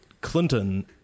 Clinton